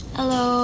Hello